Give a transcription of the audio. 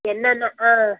என்னென்ன ஆ